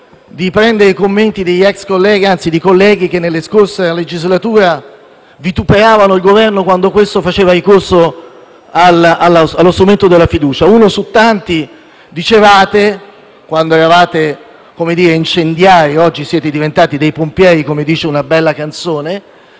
di riprendere i commenti di colleghi che nella scorsa legislatura vituperavano il Governo quando faceva ricorso allo strumento della fiducia. Uno su tanti: quando eravate incendiari, mentre oggi - come dice una bella canzone